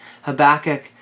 Habakkuk